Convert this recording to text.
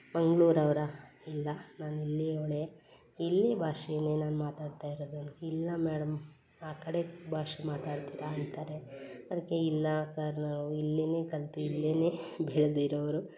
ಮಂಗ್ಳೂರು ಅವರಾ ಇಲ್ಲ ನಾನು ಇಲ್ಲಿ ಅವಳೇ ಇಲ್ಲಿ ಭಾಷೆಯೇ ನಾನು ಮಾತಾಡ್ತಾ ಇರೋದು ಇಲ್ಲ ಮೇಡಮ್ ಆ ಕಡೆ ಭಾಷೆ ಮಾತಾಡ್ತೀರ ಅಂತಾರೆ ಅದಕ್ಕೆ ಇಲ್ಲ ಸರ್ ನಾವು ಇಲ್ಲಿಯೇ ಕಲ್ತು ಇಲ್ಲಿಯೇ ಬೆಳೆದಿರೋದು